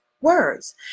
words